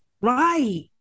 Right